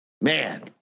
man